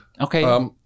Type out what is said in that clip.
Okay